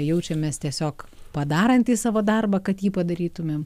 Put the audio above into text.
jaučiamės tiesiog padarantys savo darbą kad jį padarytumėm